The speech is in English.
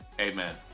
Amen